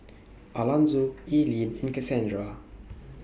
Alanzo Eileen and Casandra